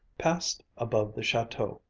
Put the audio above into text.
passed above the chateau,